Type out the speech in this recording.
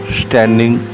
standing